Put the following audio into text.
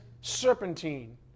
serpentine